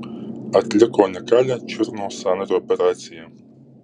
atliko unikalią čiurnos sąnario operaciją